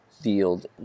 field